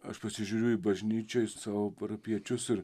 aš pasižiūriu į bažnyčioj į savo parapijiečius ir